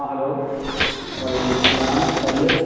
ہاں ہلو وعلیکم السلام خیریت